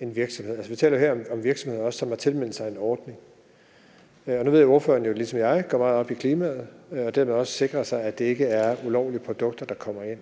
en virksomhed. Vi taler også om virksomheder her, som har tilmeldt sig en ordning. Nu ved jeg, at ordføreren ligesom jeg selv går meget op i klimaet og dermed også i at sikre, at det ikke er ulovlige produkter, der kommer ind.